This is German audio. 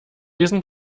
diesen